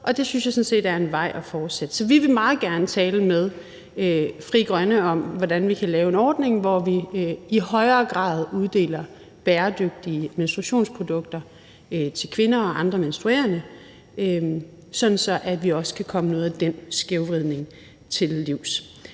jeg sådan set er en vej at fortsætte ad. Så vi vil meget gerne tale med Frie Grønne om, hvordan vi kan lave en ordning, hvor vi i højere grad uddeler bæredygtige menstruationsprodukter til kvinder og andre menstruerende, sådan at vi også kan komme noget af den skævvridning til livs.